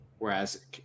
whereas